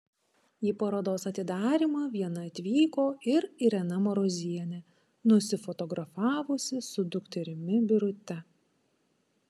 į parodos atidarymą viena atvyko ir irena marozienė nusifotografavusi su dukterimi birute